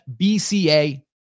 BCA